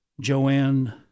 Joanne